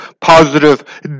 positive